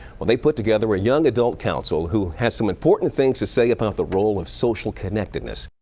well, they put together a young adult council who has some important things to say about the role of social connectedness.